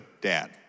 dad